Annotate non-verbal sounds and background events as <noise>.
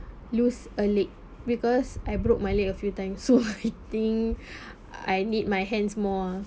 lose a leg because I broke my leg a few times so <laughs> I think <breath> I need my hands more ah